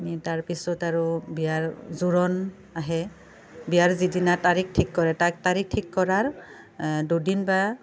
তাৰপিছত আৰু বিয়াৰ জোৰোণ আহে বিয়াৰ যিদিনা তাৰিখ ঠিক কৰে তাৰ তাৰিখ ঠিক কৰাৰ দুদিন বা কেতিয়াবা দুদিন আগতেও হয়